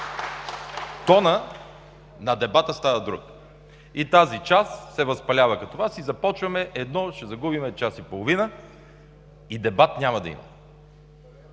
тонът да дебата става друг. Тази част се възпалява като Вас и започваме едно… Ще загубим час и половина и дебат няма да има.